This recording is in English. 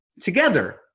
Together